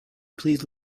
please